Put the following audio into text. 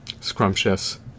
scrumptious